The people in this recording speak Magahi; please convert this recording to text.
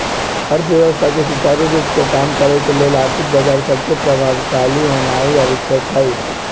अर्थव्यवस्था के सुचारू रूप से काम करे के लेल आर्थिक बजार सभके प्रभावशाली होनाइ आवश्यक हइ